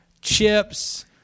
chips